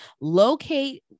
locate